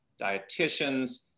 dietitians